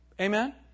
Amen